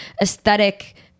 aesthetic